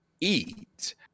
eat